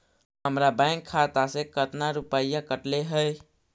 हमरा बैंक खाता से कतना रूपैया कटले है?